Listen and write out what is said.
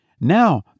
Now